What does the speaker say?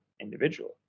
individual